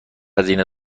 هزینه